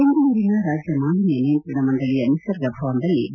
ಬೆಂಗಳೂರಿನ ರಾಜ್ಜ ಮಾಲಿನ್ಜ ನಿಯಂತ್ರಣ ಮಂಡಳಿಯ ನಿಸರ್ಗ ಭವನದಲ್ಲಿ ಬಿ